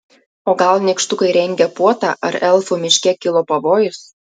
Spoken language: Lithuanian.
o gal nykštukai rengia puotą ar elfų miške kilo pavojus